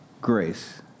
grace